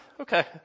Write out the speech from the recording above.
okay